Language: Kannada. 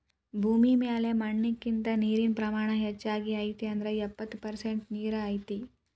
ಭೂಮಿ ಮ್ಯಾಲ ಮಣ್ಣಿನಕಿಂತ ನೇರಿನ ಪ್ರಮಾಣಾನ ಹೆಚಗಿ ಐತಿ ಅಂದ್ರ ಎಪ್ಪತ್ತ ಪರಸೆಂಟ ನೇರ ಐತಿ